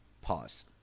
pause